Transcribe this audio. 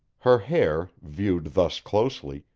her hair, viewed thus closely,